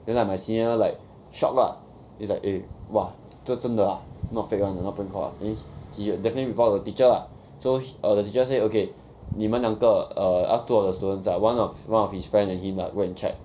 then like my senior like shock lah it's like eh !wah! 这真的 ah not fake [one] not prank call ah then he definitely report to the teacher lah so err the teacher say okay 你们两个 err ask two of the students lah one of one of his friend and him lah go and check